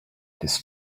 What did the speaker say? this